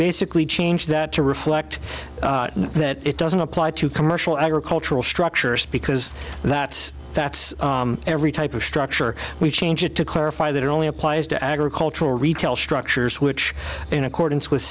basically change that to reflect that it doesn't apply to commercial agricultural structures because that's that's every type of structure we change it to clarify that it only applies to agricultural retail structures which in accordance with